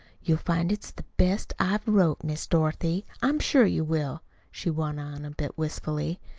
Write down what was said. you'll find it's the best i've wrote, miss dorothy i'm sure you will, she went on a bit wistfully.